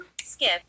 skip